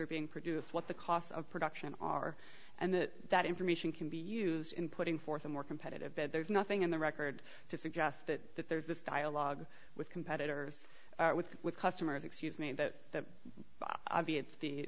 are being produced what the costs of production are and that that information can be used in putting forth a more competitive bid there's nothing in the record to suggest that that there's this dialogue with competitors with with customers excuse me that